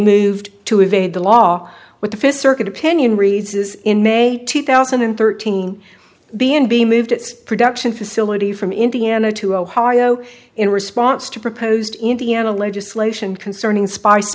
moved to evade the law with the fifth circuit opinion rees's in may two thousand and thirteen b n b moved its production facility from indiana to ohio in response to proposed indiana legislation concerning spice